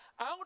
out